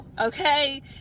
okay